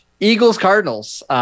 Eagles-Cardinals